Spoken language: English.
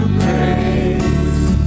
praise